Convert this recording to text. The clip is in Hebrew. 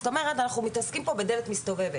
זאת אומרת, אנחנו מתעסקים פה בדלת מסתובבת.